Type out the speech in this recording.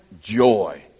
joy